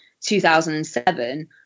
2007